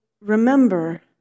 remember